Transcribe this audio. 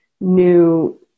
new